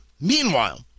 Meanwhile